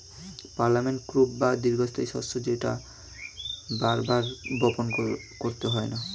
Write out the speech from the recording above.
permanent crop বা দীর্ঘস্থায়ী শস্য সেটা যেটা বার বার বপণ করতে হয়না